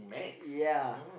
ya